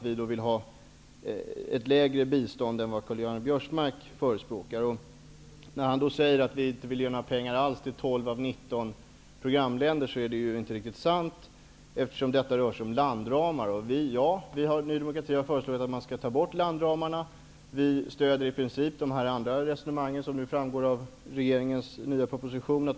Vi vill ha ett lägre bistånd än vad Karl-Göran Biörsmark förespråkar. Han säger att vi inte vill ge några pengar alls till 12 av 19 programländer. Men detta är inte riktigt sant. Detta rör sig ju om landramar, och Ny demokrati har föreslagit att man skall ta bort landramarna. Vi stöder i princip de andra resonemang som framgår av regeringens proposition.